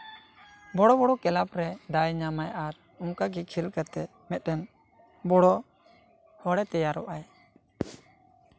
ᱵᱚᱲᱚ ᱵᱚᱲᱚ ᱠᱞᱟᱵᱽ ᱨᱮ ᱫᱟᱣᱮ ᱧᱟᱢᱟ ᱟᱨ ᱚᱱᱠᱟᱜᱮ ᱠᱷᱮᱞ ᱠᱟᱛᱮᱜ ᱢᱮᱛᱴᱮᱱ ᱵᱚᱲᱚ ᱦᱚᱲᱮ ᱛᱮᱭᱟᱨᱚᱜᱼᱟᱭ